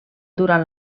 durant